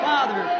Father